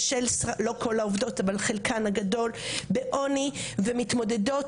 לא כל העובדות אבל חלקן הגדול בעוני ומתמודדות